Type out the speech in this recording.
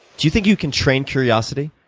do you think you can train curiosity?